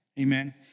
Amen